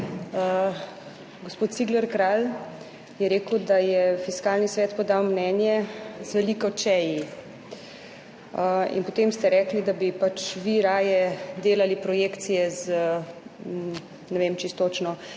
Gospod Cigler, Kralj je rekel, da je Fiskalni svet podal mnenje z veliko, če-ji in potem ste rekli, da bi pač vi raje delali projekcije z, ne vem, čisto točno,